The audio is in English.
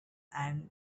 and